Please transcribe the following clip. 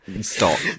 stop